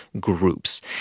groups